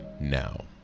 now